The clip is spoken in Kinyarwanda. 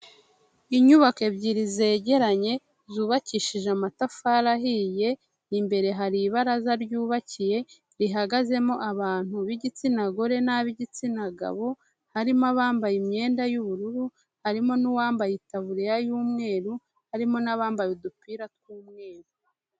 Inyubako ebyiri zegeranye, zubakishije amatafari ahiye, imbere hari ibaraza ryubakiye, rihagazemo abantu b'igitsina gore n'ab'igitsina gabo, harimo abambaye imyenda y'ubururu, harimo n'uwambaye itaburiya y'umweru, harimo n'abambaye udupira tw'umweru.